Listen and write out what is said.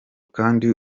kandi